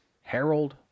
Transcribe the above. Harold